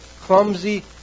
clumsy